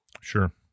Sure